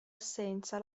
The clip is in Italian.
assenza